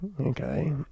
okay